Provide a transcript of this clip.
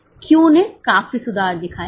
Q ने काफी सुधार दिखाया है